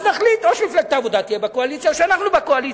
אז נחליט: או שמפלגת העבודה תהיה בקואליציה או שאנחנו בקואליציה.